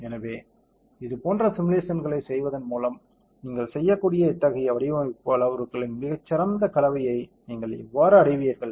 எனவே இதுபோன்ற சிமுலேஷன்ஸ்களைச் செய்வதன் மூலம் நீங்கள் செய்யக்கூடிய இத்தகைய வடிவமைப்பு அளவுருக்களின் மிகச் சிறந்த கலவையை நீங்கள் எவ்வாறு அடைவீர்கள்